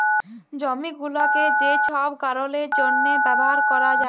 জমি গুলাকে যে ছব কারলের জ্যনহে ব্যাভার ক্যরা যায়